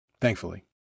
Thankfully